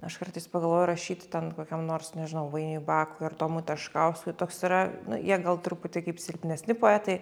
aš kartais pagalvoju rašyt ten kokiam nors nežinau vainiui bakui ar tomui taškauskui toks yra jie gal truputį kaip silpnesni poetai